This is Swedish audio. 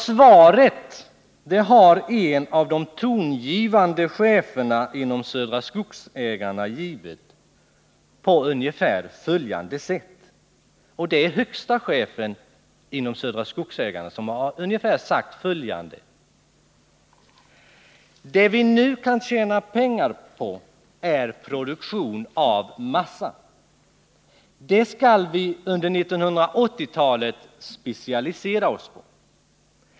Svaret har en av de tongivande cheferna, dvs. högsta chefen, inom Södra Skogsägarna givit på ungefär följande sätt: Det vi nu kan tjäna pengar på är produktion av massa. Det skall vi under 1980-talet specialisera oss på.